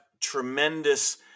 tremendous